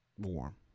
warm